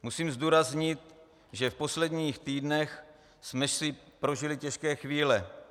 Musím zdůraznit, že v posledních týdnech jsme si prožili těžké chvíle.